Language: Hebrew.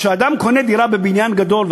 כשאדם קונה דירה בבניין גדול,